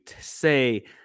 say